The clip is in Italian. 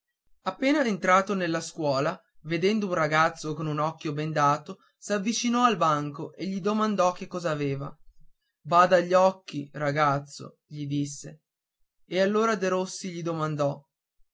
appena entrato nella scuola vedendo un ragazzo con un occhio bendato s'avvicinò al banco e gli domandò che cos'aveva bada agli occhi ragazzo gli disse e allora derossi gli domandò